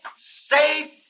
Safe